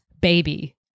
baby